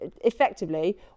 effectively